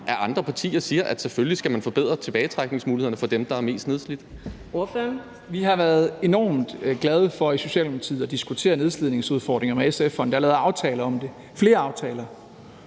at andre partier siger, at selvfølgelig skal man forbedre tilbagetrækningsmulighederne for dem, der er mest nedslidte?